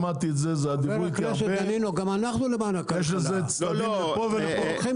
יש לזה צדדים לפה ולפה.